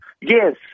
Yes